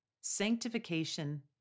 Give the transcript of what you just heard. sanctification